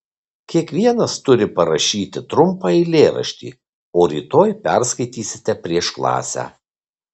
kiekvienas turi parašyti trumpą eilėraštį o rytoj perskaitysite prieš klasę